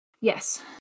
Yes